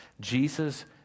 Jesus